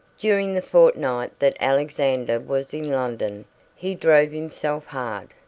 during the fortnight that alexander was in london he drove himself hard.